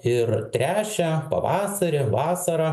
ir tręšia pavasarį vasarą